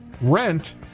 rent